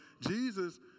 Jesus